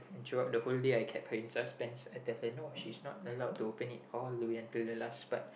and throughout the whole day I kept her in suspense I tell her no she's not allowed to open it all the way until the last part